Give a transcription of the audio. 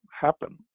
happen